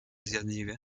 zjadliwie